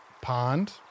pond